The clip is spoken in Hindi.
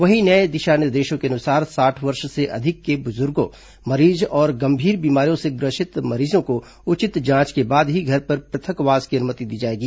वहीं नए दिशा निर्देशों के अनुसार साठ वर्ष से अधिक के बुजुर्ग मरीज और गंभीर बीमारियों से ग्रर्सित मरीजों को उचित जांच के बाद ही घर पर पथकवास की अनुमति दी जाएगी